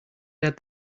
led